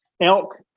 Elk